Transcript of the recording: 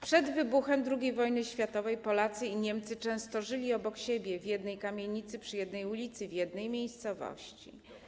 Przed wybuchem II wojny światowej Polacy i Niemcy często żyli obok siebie - w jednej kamienicy, przy jednej ulicy, w jednej miejscowości.